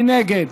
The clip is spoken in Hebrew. מי נגד?